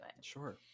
Sure